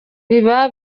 biba